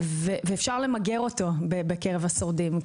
ואפשר למגר אותו בקרב השורדים,